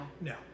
No